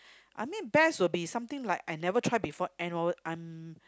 I mean best will be something like I never tried before and or I'm